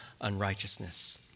unrighteousness